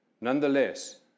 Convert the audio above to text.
Nonetheless